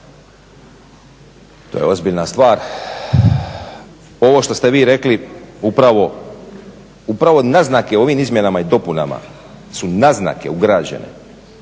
to je ozbiljna stvar. Ovo što ste vi rekli, upravo naznake ovim izmjenama i dopunama su naznake ugrađene